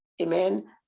amen